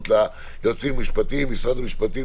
אל היועצים המשפטיים במשרד המשפטים,